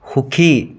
সুখী